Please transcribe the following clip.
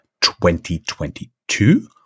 2022